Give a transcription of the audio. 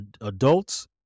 adults